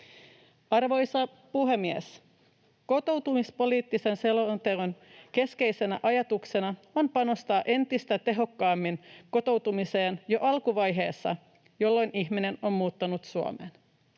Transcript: Arvoisa puhemies! Kotoutumispoliittisen selonteon keskeisenä ajatuksena on panostaa entistä tehokkaammin kotoutumiseen jo alkuvaiheessa, jolloin ihminen on muuttanut Suomeen.